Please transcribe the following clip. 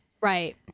Right